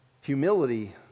humility